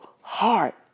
heart